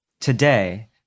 today